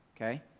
Okay